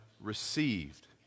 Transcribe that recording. received